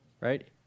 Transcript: right